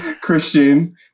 Christian